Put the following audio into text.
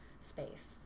space